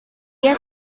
dia